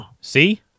See